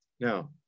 Now